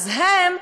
אז הם,